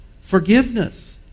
Forgiveness